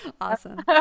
awesome